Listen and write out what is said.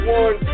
one